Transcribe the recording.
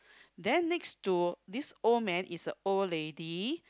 then next to this old man is a old lady